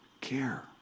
care